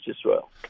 Israel